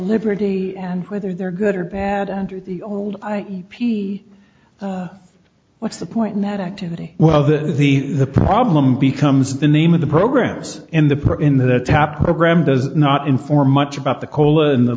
liberty and whether they're good or bad under the old i p what's the point in that activity well the the the problem becomes the name of the programs in the part in the top program does not inform much about the colon the